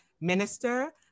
minister